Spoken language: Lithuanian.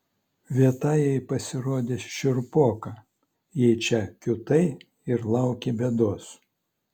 vieta jai pasirodė šiurpoka jei čia kiūtai ir lauki bėdos